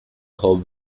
howe